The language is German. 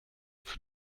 für